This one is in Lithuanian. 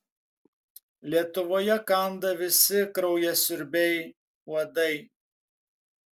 lietuvoje kanda visi kraujasiurbiai uodai